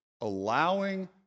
allowing